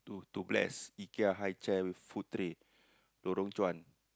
to to bless Ikea high chair with food tray Lorong-Chuan